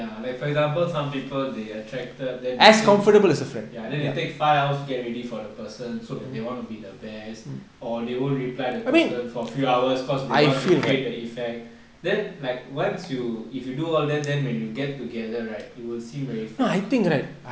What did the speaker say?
ya like for example some people they attracted then they take ya then they take five hours to ready for the person so that they want to be the best or they won't reply the person for few hours cause they want to create the effect then like once you if you do all that then when you get together right it will seem very fake ah